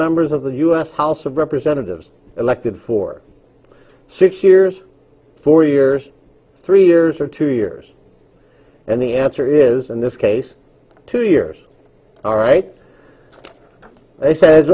members of the u s house of representatives elected for six years four years three years or two years and the answer is in this case two years all right they says